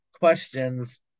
Questions